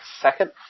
second